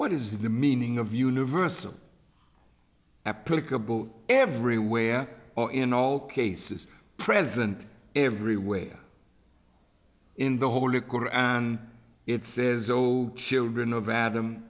what is the meaning of universal applicable everywhere in all cases present everywhere in the whole of it says oh children of adam